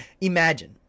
imagine